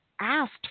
asked